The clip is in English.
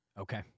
Okay